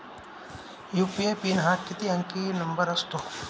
UPI PIN हा किती अंकी नंबर असतो?